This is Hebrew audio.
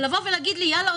להגיד לי: יאללה,